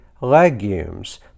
legumes